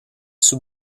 sous